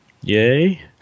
Yay